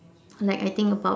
like I think about